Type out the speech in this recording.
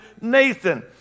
Nathan